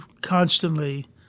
constantly